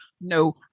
no